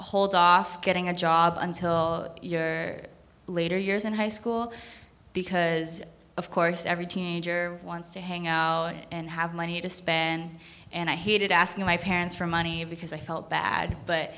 hold off getting a job until later years in high school because of course every teenager wants to hang out and have money to spend and i hated asking my parents for money because i felt bad but